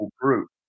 group